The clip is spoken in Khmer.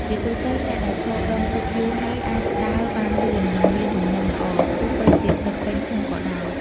ជាទូទៅ អ្នកដែលធ្លាប់ដងទឹកយូរហើយ អាចដើរបានលឿន និងមានលំនឹងល្អ ទោះបីជាទឹកពេញធុងក៏ដោយ។